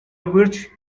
virtue